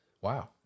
wow